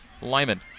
Lyman